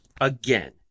again